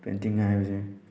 painting ꯍꯥꯏꯕꯁꯦ